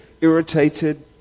irritated